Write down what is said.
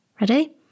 ready